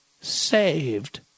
saved